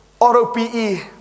R-O-P-E